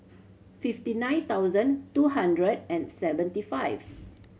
fifty nine thousand two hundred and seventy five